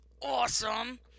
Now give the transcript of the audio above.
Awesome